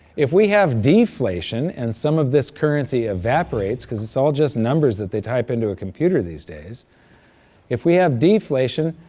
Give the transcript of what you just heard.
if we have deflation and some of this currency evaporates, because it's all just numbers that they type into a computer these days if we have deflation,